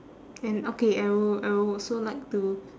and okay I will I will also like to